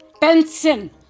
Benson